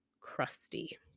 crusty